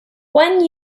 when